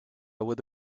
would